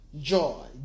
joy